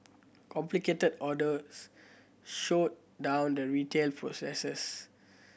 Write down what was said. complicated orders slowed down the retail processes